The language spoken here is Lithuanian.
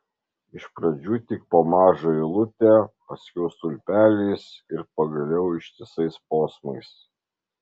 iš pradžių tik po mažą eilutę paskiau stulpeliais ir pagaliau ištisais posmais